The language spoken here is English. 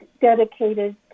dedicated